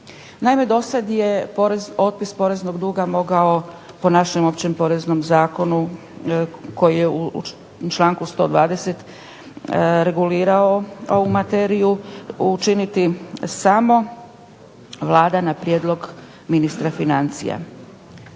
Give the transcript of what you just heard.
Naime, dosada je otpis poreznog duga mogao po našem Općem poreznom zakonu koji je u članku 120. regulirao ovu materiju učiniti samo Vlada na prijedlog ministra financija.